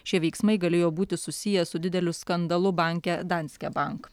šie veiksmai galėjo būti susiję su dideliu skandalu banke danske bank